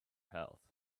health